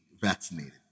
vaccinated